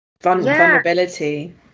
vulnerability